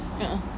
a'ah